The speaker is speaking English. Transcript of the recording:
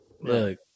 Look